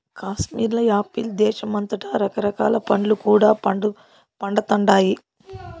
కాశ్మీర్ల యాపిల్ దేశమంతటా రకరకాల పండ్లు కూడా పండతండాయి